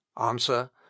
ANSWER